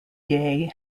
gay